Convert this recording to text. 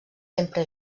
sempre